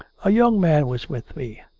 a young man was with me.